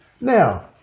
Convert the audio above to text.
Now